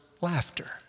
laughter